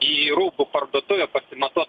į rūbų parduotuvę pasimatuot